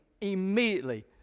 immediately